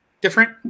different